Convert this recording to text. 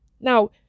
Now